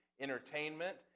entertainment